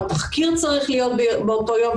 התחקיר צריך להיות באותו יום,